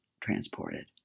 transported